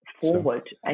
forward